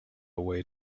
way